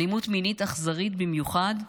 אלימות מינית אכזרית במיוחד,